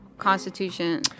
Constitution